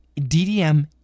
DDM